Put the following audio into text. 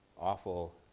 awful